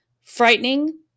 frightening